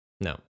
No